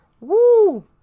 Woo